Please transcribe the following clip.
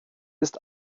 ist